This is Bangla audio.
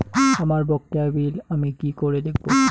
আমার বকেয়া বিল আমি কি করে দেখব?